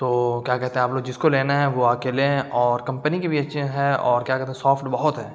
تو کیا کہتے ہیں آپ لوگ جس کو لینا ہے وہ آ کے لیں اور کمپنی کی بھی اچھی ہے اور کیا کہتے ہیں سافٹ بہت ہے